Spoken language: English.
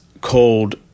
called